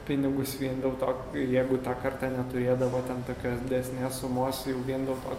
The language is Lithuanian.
pinigus vien dėl to ir jeigu tą kartą neturėdavo ten tokios didesnės sumos jau vien dėl to kad